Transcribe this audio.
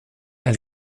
elle